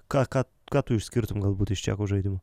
ką ką ką tu išskirtum galbūt iš čekų žaidimo